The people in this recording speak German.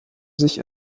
sich